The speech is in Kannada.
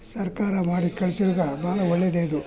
ಸರ್ಕಾರ ಮಾಡಿ ಕಳ್ಸೋದ್ರಿಂದ ಭಾಳ ಒಳ್ಳೆಯದೇ ಇದು